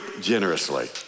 generously